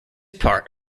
part